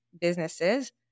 businesses